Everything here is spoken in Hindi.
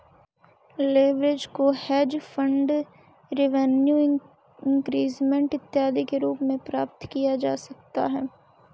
लेवरेज को हेज फंड रिवेन्यू इंक्रीजमेंट इत्यादि के रूप में प्राप्त किया जा सकता है